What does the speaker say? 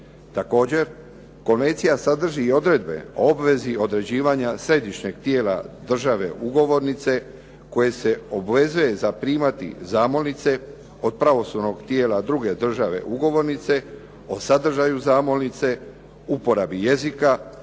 Također, konvencija sadrži i odredbe o obvezi određivanja središnjeg tijela države ugovornice koje se obvezuje zaprimati zamolnice od pravosudnog tijela druge države ugovornice, o sadržaju zamolnice, uporabi jezika,